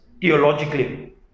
theologically